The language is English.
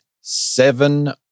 seven